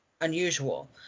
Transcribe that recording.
unusual